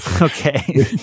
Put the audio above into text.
Okay